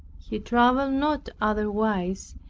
he traveled not otherwise,